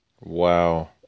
Wow